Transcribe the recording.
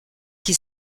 qui